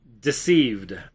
deceived